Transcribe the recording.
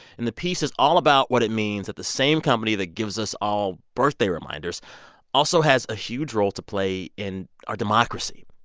and the piece is all about what it means at the same company that gives us all birthday reminders also has a huge role to play in our democracy.